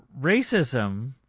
Racism